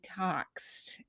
detoxed